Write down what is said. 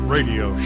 Radio